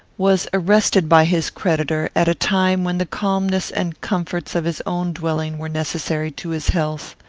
was arrested by his creditor, at a time when the calmness and comforts of his own dwelling were necessary to his health.